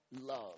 love